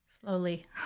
Slowly